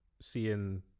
seeing